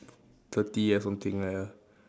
thirty or something like that ah